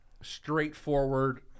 straightforward